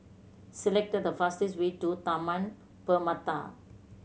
select the fastest way to Taman Permata